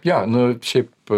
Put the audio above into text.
jo nu šiaip